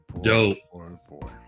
Dope